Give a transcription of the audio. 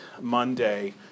Monday